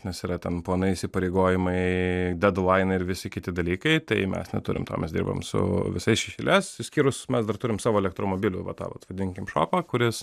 nes yra ten planai įsipareigojimai dedlainai ir visi kiti dalykai tai mes neturim to mes dirbam su su visais iš eilės išskyrus mes dar turim savo elektromobilių vat tą vat vadinkim šopą kuris